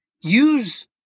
use